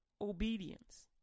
obedience